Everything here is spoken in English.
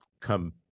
come